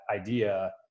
idea